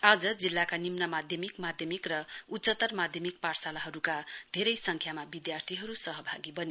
आज जिल्लाका निम्न माध्यमिक माध्यमिक र उच्चत्तर माध्यमिक पाठशालाहरूका धेरै सङ्ख्यामा विद्यार्थीहरू सहभागी बने